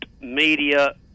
media